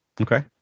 Okay